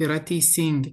yra teisingi